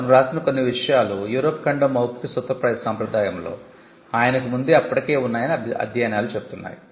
అతను వ్రాసిన కొన్ని విషయాలు యూరప్ ఖండం మౌఖిక సూత్రప్రాయ సంప్రదాయంలో ఆయనకు ముందే అప్పటికే ఉన్నాయని అధ్యయనాలు చెప్పుతున్నాయి